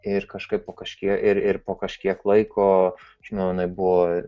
ir kažkaip po kažkiek ir po kažkiek laiko aš manu jinai buvo